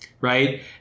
right